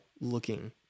looking